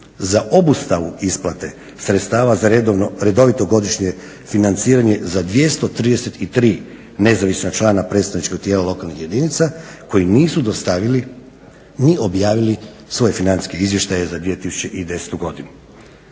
za obustavu isplate sredstava za redovito godišnje financiranje za 233 nezavisna člana predstavničkog tijela lokalnih jedinica koji nisu dostavili ni objavili svoje financijske izvještaje za 2010. godinu.